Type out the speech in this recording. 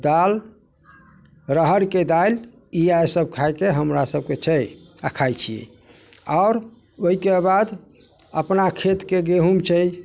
दाल राहरिके दालि इएहसब खाइके हमरासबके छै आओर खाइ छिए आओर ओहिके बाद अपना खेतके गहूम छै